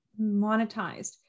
monetized